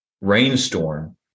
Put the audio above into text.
rainstorm